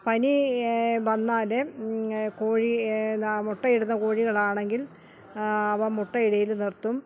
പനി വന്നാൽ കോഴി മുട്ടയിടുന്ന കോഴികളാണെങ്കിൽ അവ മുട്ടയിടൽ നിർത്തും